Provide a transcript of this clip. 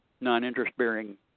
non-interest-bearing